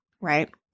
Right